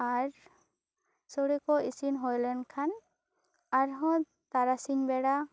ᱟᱨ ᱥᱚᱲᱮ ᱠᱚ ᱤᱥᱤᱱ ᱦᱳᱭᱞᱮᱱ ᱠᱷᱟᱱ ᱟᱨᱦᱚᱸ ᱛᱟᱨᱟᱥᱤᱧ ᱵᱮᱲᱟ